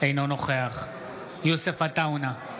אינו נוכח יוסף עטאונה,